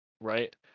right